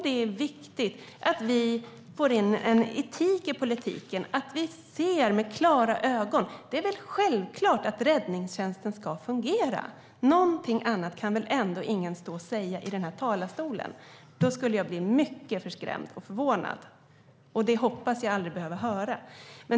Det är viktigt att vi får in en etik i politiken - att vi ser med klara ögon. Det är väl självklart att räddningstjänsten ska fungera. Något annat kan väl ändå ingen stå och säga i denna talarstol. Då skulle jag bli mycket förskrämd och förvånad, och det hoppas jag aldrig behöva höra.